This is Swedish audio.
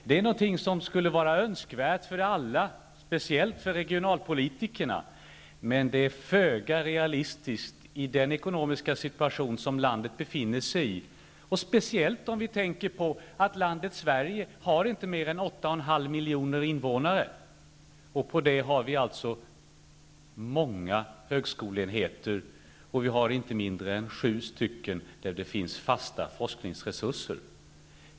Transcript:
Det är någonting som skulle vara önskvärt för alla, speciellt för regionalpolitikerna, men det är föga realistiskt i den ekonomiska situation som landet befinner sig i. Detta gäller speciellt om vi tänker på att Sverige inte har mer än 8,5 miljoner invånare. Vi har alltså många högskoleenheter, och inte mindre än sju har fasta forskningsresurser.